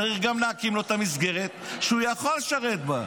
צריך גם להקים לו את המסגרת שהוא יכול לשרת בה,